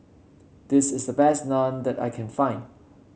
this is the best Naan that I can find